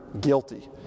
guilty